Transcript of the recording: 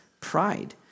pride